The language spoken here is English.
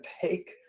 take